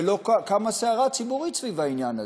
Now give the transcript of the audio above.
ולא קמה סערה ציבורית סביב העניין הזה.